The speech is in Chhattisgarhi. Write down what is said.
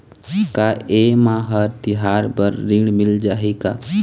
का ये मा हर तिहार बर ऋण मिल जाही का?